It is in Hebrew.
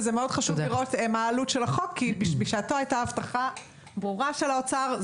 חשוב לראות מה העלות של החוק כי בשעתו הייתה הבטחה ברורה של משרד האוצר.